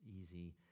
easy